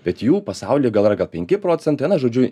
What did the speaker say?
bet jų pasauly gal yra gal penki procentai na žodžiu